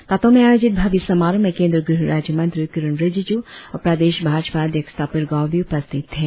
तातो में आयोजित भव्य समारोह में केंद्रीय गृह राज्य मंत्री किरेन रिजिज्ञ और प्रदेश भाजपा अध्यक्ष तापिर गाव भी उपस्थित थे